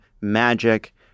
magic